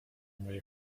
moje